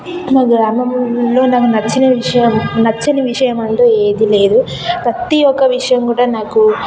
మా గ్రామములో నాకు నచ్చిన విషయం నచ్చని విషయం అంటూ ఏది లేదు ప్రత్తి ఒక్క విషయం కూడా నాకు